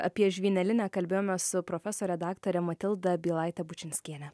apie žvynelinę kalbėjome su profesore daktare matilda bylaite bučinskiene